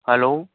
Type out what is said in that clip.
hello